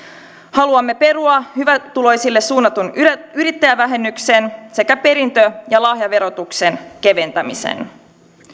haluamme perua hyvätuloisille suunnatun yrittäjävähennyksen sekä perintö ja lahjaverotuksen keventämisen